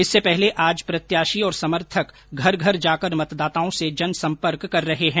इससे पहले आज प्रत्याशी और समर्थक घर घर जाकर मतदाताओं से जनसंपर्क कर रहे हैं